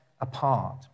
apart